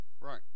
Right